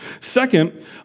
Second